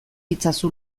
itzazu